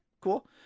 cool